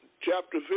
chapter